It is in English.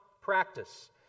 practice